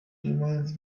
reminds